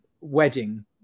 wedding